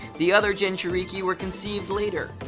the other jinchuuriki were conceived later.